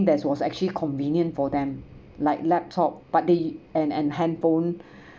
that was actually convenient for them like laptop but the and and handphone